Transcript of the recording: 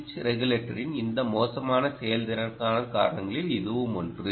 சுவிட்ச் ரெகுலேட்டரின் இந்த மோசமான செயல்திறனுக்கான காரணங்களில் இதுவும் ஒன்று